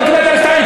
לא קיבל את המכתב,